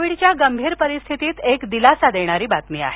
कोविडच्या गंभीर परिस्थितीत एक दिलासा देणारी बातमी आहे